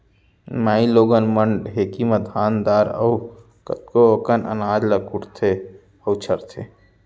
माइलोगन मन ढेंकी म धान दार अउ कतको अकन अनाज ल कुटथें अउ छरथें